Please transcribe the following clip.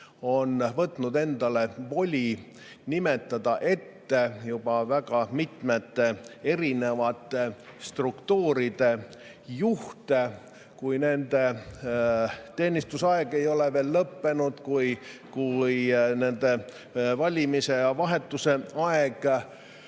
on võtnud endale voli nimetada juba ette väga mitmete erinevate struktuuride juhte, kui nende teenistusaeg ei ole veel lõppenud, nende valimise ja vahetuse aeg